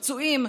פצועים,